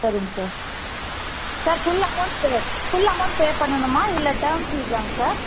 சரிங்க sir sir full amount full amount pay பண்ணணுமா இல்லை டேர்ம் ஃபீஸாங்க சார்